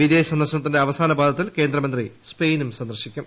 വിദേശ സന്ദർശനത്തിന്റെ അവസാന പാദത്തിൽ കേന്ദ്രമന്ത്രി സ്പെയിനും സന്ദർശിക്കും